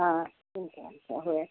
হয়